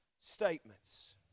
statements